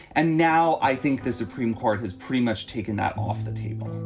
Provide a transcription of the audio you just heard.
and now i think the supreme court has pretty much taken that off the table